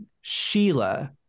Sheila